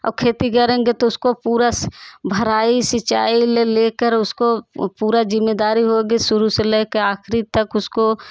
और खेती करेंगे तो उसको पूरा भराई सिंचाई ले लेकर उसको पूरा जिम्मेदारी होगी शुरू से लेके आखिरी तक उसको